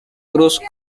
cruz